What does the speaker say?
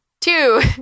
Two